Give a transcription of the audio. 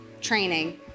training